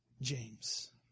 James